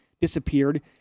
disappeared